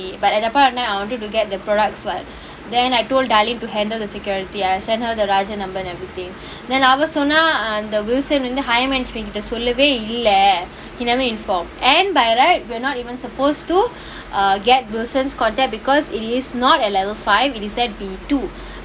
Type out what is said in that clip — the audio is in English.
but at the point of time I wanted to get the products what then I told darling to handle the security I sent her the raja number and everything then அவ சொன்னா:ava sonna err அந்த:antha wilson வந்து:vanthu higher management கிட்ட சொல்லவே இல்ல:kitta sollavae illa he never informed and by right we're not even supposed to uh get wilson's contact because it is not at level five it is at the two